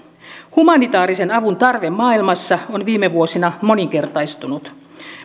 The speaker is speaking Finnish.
humanitaarisen avun tarve maailmassa on viime vuosina moninkertaistunut